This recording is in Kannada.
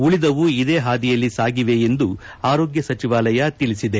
ಉಳಿದವು ಇದೇ ಹಾದಿಯಲ್ಲಿ ಸಾಗಿವೆ ಎಂದು ಆರೋಗ್ಡ ಸಚಿವಾಲಯ ತಿಳಿಸಿದೆ